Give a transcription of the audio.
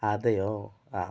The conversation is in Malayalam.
അതെയോ ആ